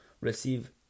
receive